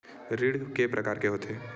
ऋण के प्रकार के होथे?